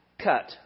cut